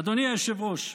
אדוני היושב-ראש,